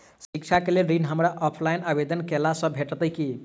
शिक्षा केँ लेल ऋण, हमरा ऑफलाइन आवेदन कैला सँ भेटतय की?